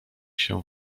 się